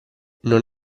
non